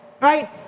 right